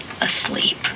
asleep